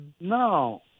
Now